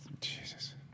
Jesus